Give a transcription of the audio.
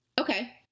Okay